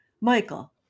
Michael